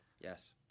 Yes